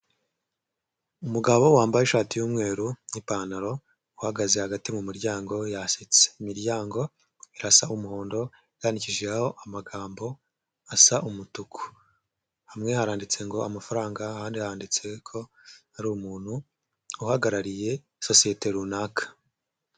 Umugabo wambaye ishati y'umweru nkipantaro uhagaze hagati mu muryango we yasetse, imiryango irasa umuhondo, yandikishijeho amagambo asa umutuku. Hamwe haranditse ngo amafaranga, ahandi handitse ko hari umuntu uhagarariye sosiyete runaka.